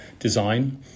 design